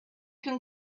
can